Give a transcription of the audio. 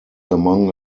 among